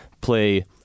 play